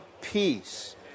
peace